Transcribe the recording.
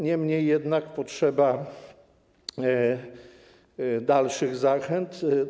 Niemniej jednak potrzeba dalszych zachęt.